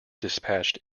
dispatched